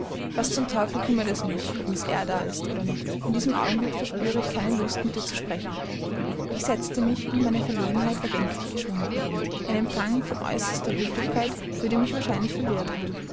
was zum teufel kümmert es mich ob miß eyre da ist oder nicht in diesem augenblick verspüre ich keine lust mit ihr zu sprechen ich setzte mich und meine verlegenheit war gänzlich geschwunden ein empfang von äußerster höflichkeit würde mich wahrscheinlich verwirrt haben